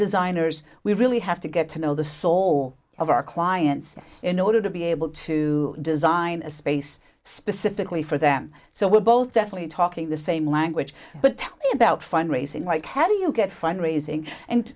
designers we really have to get to know the soul of our clients in order to be able to design a space specifically for them so we're both definitely talking the same language but tell me about fundraising like how do you get fund raising and